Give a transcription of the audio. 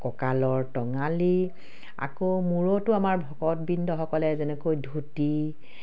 কঁকালৰ টঙালী আকৌ মূৰতো আমাৰ ভকতবৃন্দসকলে যেনেকৈ ধুতি